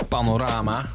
Panorama